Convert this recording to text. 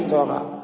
Torah